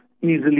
easily